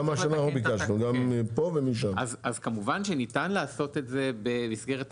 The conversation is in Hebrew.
אז כמובן שניתן לעשות את זה במסגרת תקנות.